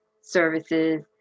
services